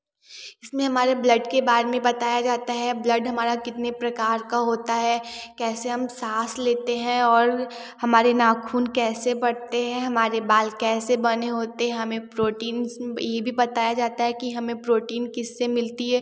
इसमें हमारे ब्लड के बारे में बताया जाता है ब्लड हमारा कितने प्रकार का होता है कैसे हम सांस लेते है और हमारे नाख़ून कैसे बढ़ते है हमारे बाल कैसे बने होते हैं हमे प्रोटीन्स यह भी बताया जाता है की हमे प्रोटीन्स किससे मिलती है